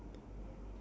yellow color